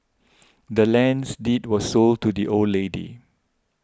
the land's deed was sold to the old lady